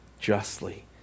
justly